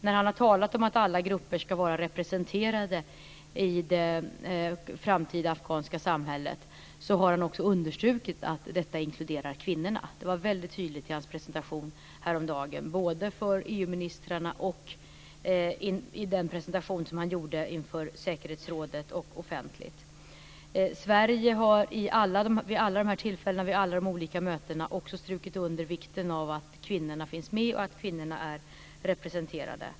När han talat om att alla grupper ska vara representerade i det framtida afghanska samhället har han också understrukit att detta inkluderar kvinnorna. Det var väldigt tydligt både i hans presentation häromdagen för EU ministrarna och i den presentation som han gjort inför säkerhetsrådet och offentligt. Sverige har vid alla dessa tillfällen och vid alla de olika mötena också strukit under vikten av att kvinnorna finns med och att kvinnorna är representerade.